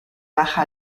baja